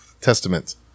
testament